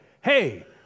hey